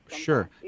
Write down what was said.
Sure